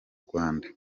rwanda